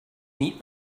meet